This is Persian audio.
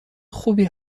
خوبی